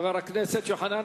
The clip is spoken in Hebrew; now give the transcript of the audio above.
חבר הכנסת יוחנן